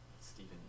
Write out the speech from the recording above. Stephen